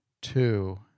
two